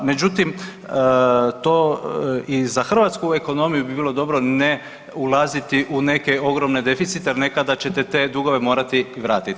Međutim, to i za hrvatsku ekonomiju bi bilo dobro ne ulaziti u neke ogromne deficite jer nekada ćete te dugove morati vratit.